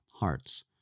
hearts